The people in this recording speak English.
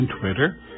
Twitter